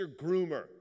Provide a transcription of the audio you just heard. Groomer